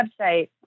website